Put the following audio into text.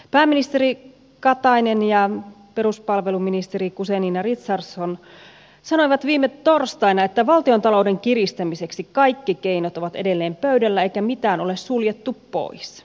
pääministeri katainen ja peruspalveluministeri guzenina richardson sanoivat viime torstaina että valtiontalouden kiristämiseksi kaikki keinot ovat edelleen pöydällä eikä mitään ole suljettu pois